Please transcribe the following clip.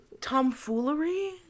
Tomfoolery